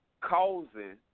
causing